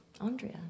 Andrea